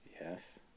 yes